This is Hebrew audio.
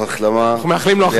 אנחנו מאחלים לו החלמה מהירה.